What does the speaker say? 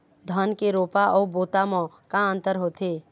धन के रोपा अऊ बोता म का अंतर होथे?